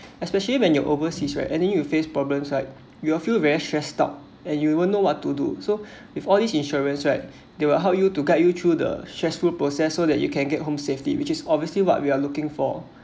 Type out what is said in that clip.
especially when you're overseas right and you faced problems right you will feel very stressed out and you will know what to do so with all these insurance right they will help you to guide you through the stressful process so that you can get home safely which is obviously what we are looking for